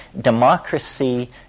democracy